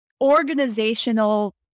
Organizational